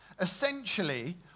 Essentially